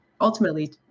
ultimately